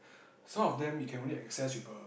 some of them you can only access with a